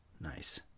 Nice